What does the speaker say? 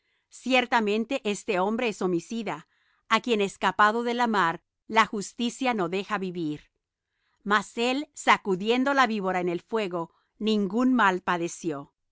ciertamente este hombre es homicida á quien escapado de la mar la justicia no deja vivir mas él sacudiendo la víbora en el fuego ningún mal padeció